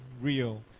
real